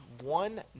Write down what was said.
one